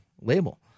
label